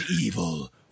Evil